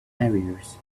arrears